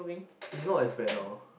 is not as bad now